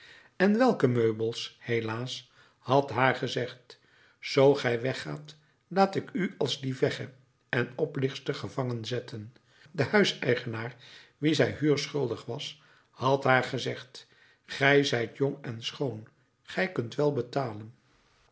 en welke meubels helaas had haar gezegd zoo gij weggaat laat ik u als dievegge en oplichtster gevangen zetten de huiseigenaar wien zij huur schuldig was had haar gezegd gij zijt jong en schoon gij kunt wel betalen